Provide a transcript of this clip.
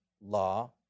law